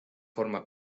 forma